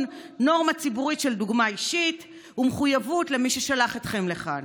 נורמה ציבורית של דוגמה אישית ומחויבות למי ששלח אתכם לכאן.